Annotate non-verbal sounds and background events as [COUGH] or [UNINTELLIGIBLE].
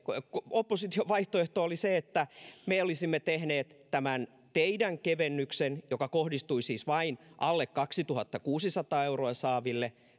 opposition vaihtoehto oli se että me olisimme tehneet tämän teidän kevennyksenne joka kohdistui siis vain alle kaksituhattakuusisataa euroa saaville [UNINTELLIGIBLE]